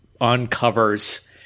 uncovers